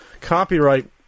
Copyright